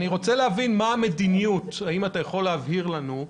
אני רוצה להבין, אם אתה יכול להבהיר לנו,